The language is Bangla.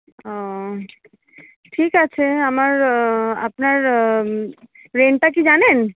ও ঠিক আছে আমার আপনার রেন্টটা কি জানেন